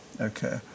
Okay